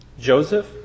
Joseph